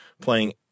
playing